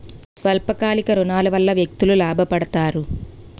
స్వల్ప కాలిక ఋణాల వల్ల వ్యక్తులు లాభ పడతారు